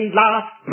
last